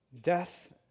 Death